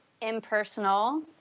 impersonal